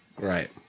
Right